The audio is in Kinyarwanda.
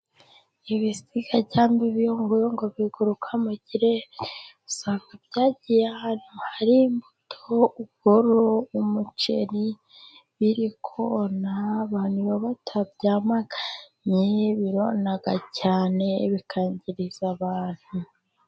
Ibisiga cyangwa ibiyongoyongo biguruka mu kirere, usanga byagiye ahantu hari imbuto. Uburo, umuceri, biri kona. Abantu iyo batabyamanye birona cyane bikangiririza abantu.